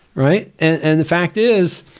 right? and the fact is,